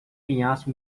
penhasco